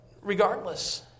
regardless